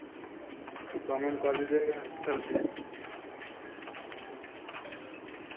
तो कम ओम कर दीजिएगा सर कि